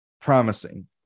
promising